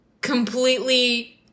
completely-